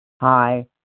Hi